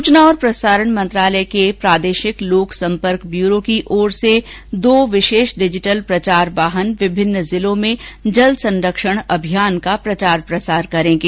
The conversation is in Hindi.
सूचना और प्रसारण मंत्रालय के प्रादेशिक लोक संपर्क ब्यूरो की ओर से दो विशेष डिजिटल प्रचार वाहन विभिन्न जिलों में जल संरक्षण अभियान का प्रचार प्रसार करेंगे